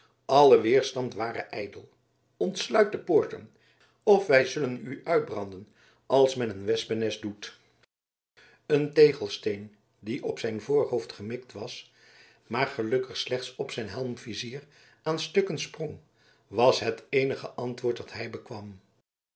alle weerstand ware ijdel ontsluit de poorten of wij zullen u uitbranden als men een wespennest doet een tegelsteen die op zijn voorhoofd gemikt was maar gelukkig slechts op zijn helmvizier aan stukken sprong was het eenige antwoord dat hij bekwam